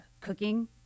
cooking